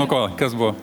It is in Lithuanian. nuo ko kas buvo